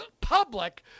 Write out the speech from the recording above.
public